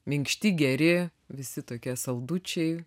minkšti geri visi tokie saldučiai